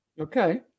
okay